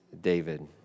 David